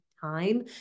time